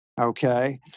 okay